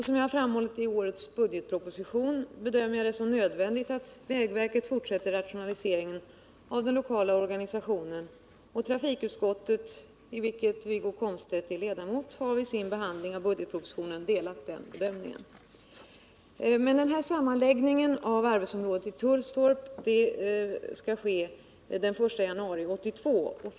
Som jag framhållit i årets budgetproposition bedömer jag det som nödvändigt att vägverket fortsätter rationaliseringen av den lokala organisationen. Trafikutskottet, i vilket Wiggo Komstedt är ledamot, har vid sin behandling av budgetpropositionen delat den bedömningen. Sammanläggningen av arbetsområdet i Tullstorp skall ske den 1 januari 1982.